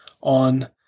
on